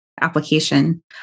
application